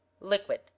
liquid